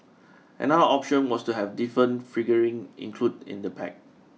another option was to have a different figurine included in the pack